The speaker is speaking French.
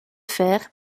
fer